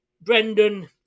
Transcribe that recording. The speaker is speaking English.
Brendan